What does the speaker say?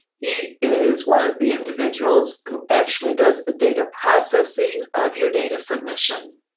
he is one of the individuals who actually does the data processing of your data submission.